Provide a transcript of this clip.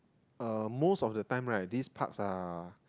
uh most of the time right these parks are